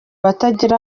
abatagira